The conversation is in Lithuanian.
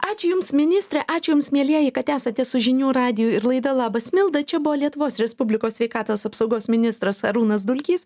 ačiū jums ministre ačiū jums mielieji kad esate su žinių radiju ir laida labas milda čia buvo lietuvos respublikos sveikatos apsaugos ministras arūnas dulkys